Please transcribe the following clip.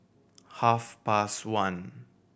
half past one